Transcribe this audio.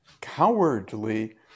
cowardly